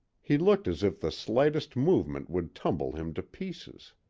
he looked as if the slightest movement would tumble him to pieces.